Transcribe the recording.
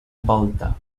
volta